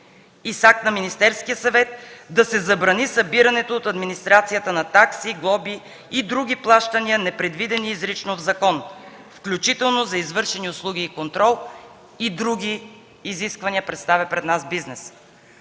акт на Министерския съвет да се забрани събирането от администрацията на такси, глоби и други плащания, непредвидени изрично в закон, включително за извършени услуги и контрол. И други изисквания представя пред нас бизнесът.